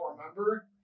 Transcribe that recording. remember